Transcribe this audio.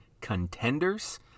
contenders